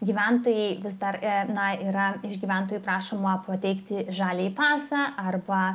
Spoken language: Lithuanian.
gyventojai vis dar na yra iš gyventojų prašoma pateikti žaliąjį pasą arba